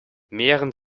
mehren